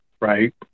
right